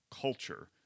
culture